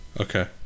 okay